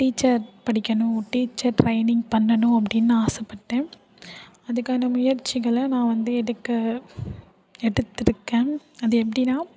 teacher படிக்கணும் teacher training பண்ணணும் அப்படின்னு ஆசைப்பட்டேன் அதுக்கான முயற்சிகளை நான் வந்து எடுக்க எடுத்துருக்கேன் அது எப்படின்னா